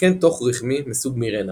התקן תוך רחמי מסוג מירנה